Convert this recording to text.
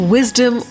Wisdom